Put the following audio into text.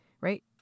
right